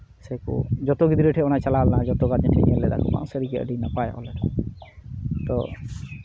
ᱥᱮᱠᱚ ᱡᱚᱛᱚ ᱜᱤᱫᱽᱨᱟᱹ ᱴᱷᱮᱡ ᱚᱱᱟ ᱪᱟᱞᱟᱣ ᱞᱮᱱᱟ ᱡᱚᱛᱚ ᱜᱟᱨᱡᱮᱱ ᱴᱷᱮᱡ ᱧᱮᱞ ᱞᱮᱫᱟ ᱠᱚ ᱵᱟᱝ ᱥᱟᱹᱨᱤᱜᱮ ᱟᱹᱰᱤ ᱱᱟᱯᱟᱭᱮ ᱚᱞ ᱟᱠᱟᱫᱟ ᱛᱳ